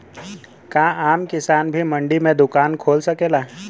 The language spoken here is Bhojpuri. का आम किसान भी मंडी में दुकान खोल सकेला?